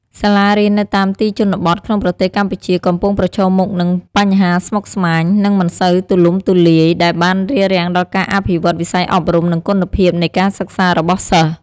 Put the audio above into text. សាលារៀននៅតាមទីជនបទក្នុងប្រទេសកម្ពុជា កំពុងប្រឈមមុខនឹងបញ្ហាស្មុគស្មាញ និងមិនសូវទូលំទូលាយ ដែលបានរាំងដល់ការអភិវឌ្ឍវិស័យអប់រំ និងគុណភាពនៃការសិក្សារបស់សិស្ស។